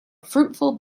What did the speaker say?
fruitful